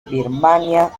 birmania